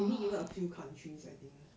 only given a few countries I think